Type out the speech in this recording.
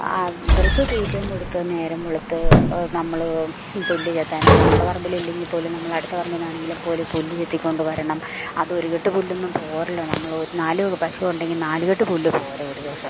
അവർക്ക് തീറ്റയും കൊടുത്തു നേരം വെളുത്ത് നമ്മൾ പുല്ല് ചെത്താൻ നമ്മുടെ പറമ്പിലില്ലെങ്കിൽ പോലും നമ്മൾ അടുത്ത പറമ്പിൽ നിന്നാണെങ്കിലും പോലും പുല്ല് ചെത്തിക്കൊണ്ടു വരണം അത് ഒരു കെട്ട് പുല്ലൊന്നും പോരല്ലോ നമ്മളൊരു നാല് പശുവുണ്ടെങ്കിൽ നാല് കെട്ട് പുല്ല് പോര ഒരു ദിവസം